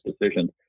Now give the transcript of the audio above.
decisions